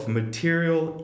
material